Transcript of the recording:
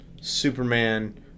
Superman